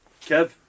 Kev